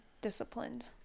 disciplined